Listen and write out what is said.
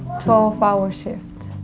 twelve hour shift.